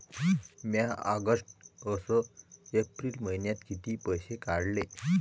म्या ऑगस्ट अस एप्रिल मइन्यात कितीक पैसे काढले?